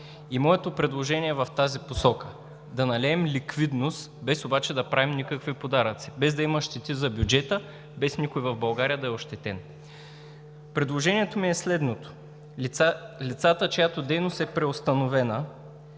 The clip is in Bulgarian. И моето предложение е в тази посока: да налеем ликвидност, без обаче да правим никакви подаръци, без да има щети за бюджета, без никой в България да е ощетен. Предложението ми е следното: лицата, чиято дейност е преустановена,